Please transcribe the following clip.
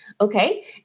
Okay